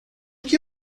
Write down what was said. que